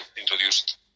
introduced